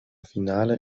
finale